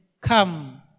come